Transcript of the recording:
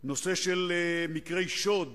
שהן גנבות כלי רכב, התפרצויות לדירות ומקרי שוד